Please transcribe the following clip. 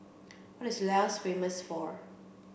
what is Laos famous for